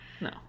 No